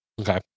Okay